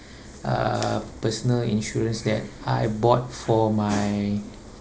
a personal insurance that I bought for my